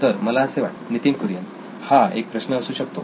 तर मला असे वाटते नितीन कुरीयन हा एक प्रश्न असू शकतो